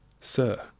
Sir